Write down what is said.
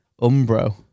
Umbro